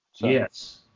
Yes